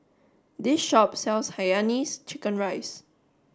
this shop sells Hainanese chicken rice